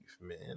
man